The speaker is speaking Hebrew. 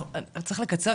הוא עשה?